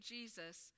Jesus